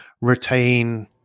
retain